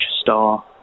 star